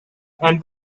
and